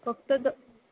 फक्त